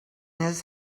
his